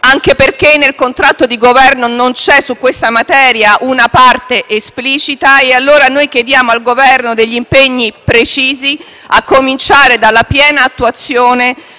anche perché nel contratto di Governo non c'è su questa materia una parte esplicita e allora noi chiediamo al Governo degli impegni precisi, a cominciare dalla piena attuazione